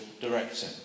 director